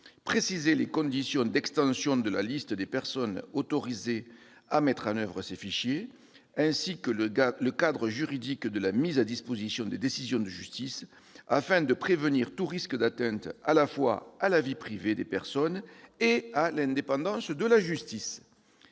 précisé les conditions d'extension de la liste des personnes autorisées à mettre en oeuvre ces fichiers, ainsi que le cadre juridique de la mise à disposition des décisions de justice, afin de prévenir tout risque d'atteinte tant à la vie privée des personnes qu'à l'indépendance de la justice.